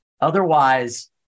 Otherwise